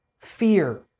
Fear